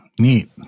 Neat